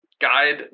guide